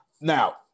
Now